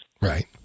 Right